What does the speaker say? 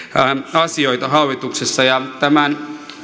asioita hallituksessa ja tämän